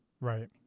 Right